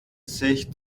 sich